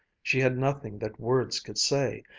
she had nothing that words could say,